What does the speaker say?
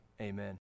Amen